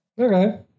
Okay